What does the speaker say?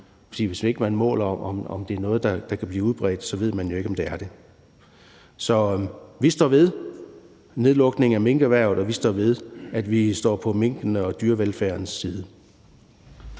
hvis ikke man måler, om det er noget, der kan blive udbredt, ved man jo ikke, om det er det. Så vi står ved nedlukningen af minkerhvervet, og vi står ved, at vi står på minkenes og dyrevelfærdens side.